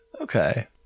Okay